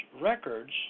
records